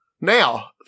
Now